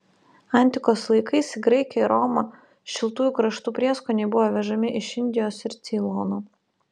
antikos laikais į graikiją ir romą šiltųjų kraštų prieskoniai buvo vežami iš indijos ir ceilono